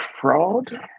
fraud